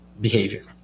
behavior